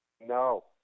No